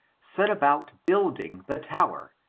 set about building the tower,